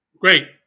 great